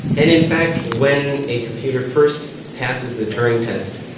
and in fact when a computer first passes the turing test,